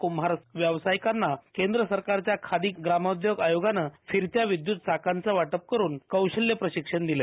कुंभार व्यवसायीकांना केंद्रसरकारच्या खादी ग्रॉमद्योग आयोगानं फिरत्या विद्यूत चाकाचं वाटप करून कौशल्य प्रशिक्षण दिलं